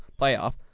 playoff